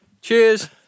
Cheers